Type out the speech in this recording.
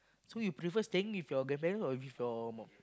so you prefer staying with your grandparents or with your mum